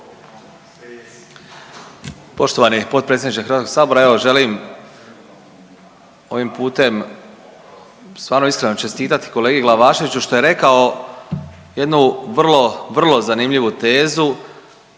Poštovani potpredsjedniče HS, evo želim ovim putem stvarno iskreno čestitati kolegi Glavaševiću što je rekao jednu vrlo vrlo zanimljivu tezu,